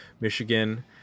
Michigan